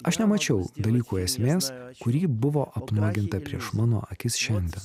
aš nemačiau dalykų esmės kuri buvo apnuoginta prieš mano akis šiandien